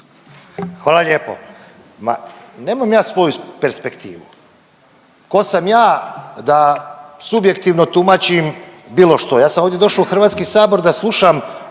Hvala lijepo. Ma nemam ja svoju perspektivu. Tko sam ja da subjektivno tumačim bilo što. Ja sam ovdje došao u Hrvatski sabor da slušam